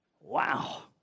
Wow